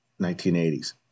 1980s